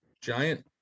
giant